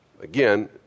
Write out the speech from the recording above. again